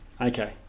Okay